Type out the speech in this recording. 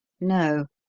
no,